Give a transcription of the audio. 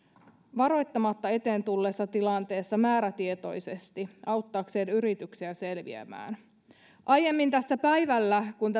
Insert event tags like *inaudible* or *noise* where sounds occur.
varoittamatta eteen tulleessa tilanteessa määrätietoisesti auttaakseen yrityksiä selviämään aiemmin päivällä kun *unintelligible*